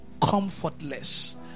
comfortless